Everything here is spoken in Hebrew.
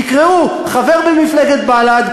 ותקראו: חבר במפלגת בל"ד,